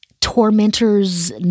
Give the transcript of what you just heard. tormentor's